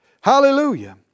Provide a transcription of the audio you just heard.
Hallelujah